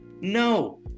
no